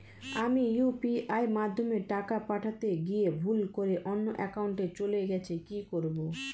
আমি ইউ.পি.আই মাধ্যমে টাকা পাঠাতে গিয়ে ভুল করে অন্য একাউন্টে চলে গেছে কি করব?